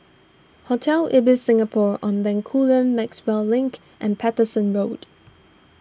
Hotel Ibis Singapore on Bencoolen Maxwell Link and Paterson Road